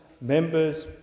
members